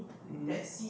mmhmm